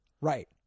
Right